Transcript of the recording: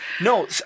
no